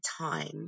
Time